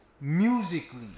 musically